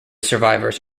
survivors